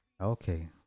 Okay